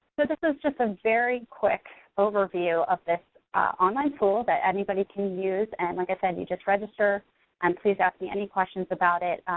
so this is just a very quick overview of this online tool that anybody can use, and like i said, you just register and please ask me any questions about it.